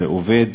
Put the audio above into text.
שעובד,